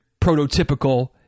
prototypical